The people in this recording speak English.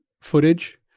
footage